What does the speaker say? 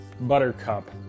buttercup